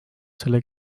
selle